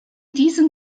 diesen